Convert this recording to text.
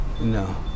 No